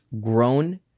grown